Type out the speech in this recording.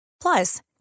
Plus